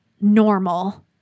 normal